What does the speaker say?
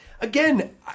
again